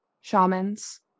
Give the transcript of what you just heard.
shamans